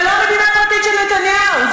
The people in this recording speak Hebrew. זו לא המדינה הפרטית של נתניהו.